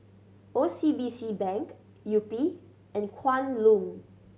O C B C Bank Yupi and Kwan Loong